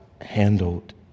handled